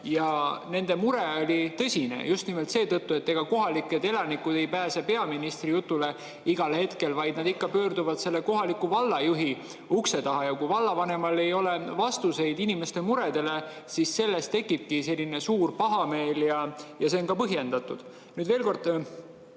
Nende mure oli tõsine just nimelt seetõttu, et kohalikud elanikud ei pääse peaministri jutule igal hetkel, vaid nad ikka pöörduvad kohaliku vallajuhi ukse taha, ja kui vallavanemal ei ole vastuseid inimeste muredele, siis sellest tekibki suur pahameel, mis on ka põhjendatud. Veel kord,